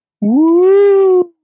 Woo